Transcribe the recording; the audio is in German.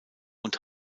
und